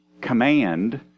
command